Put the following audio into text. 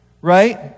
Right